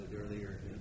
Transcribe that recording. earlier